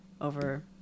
over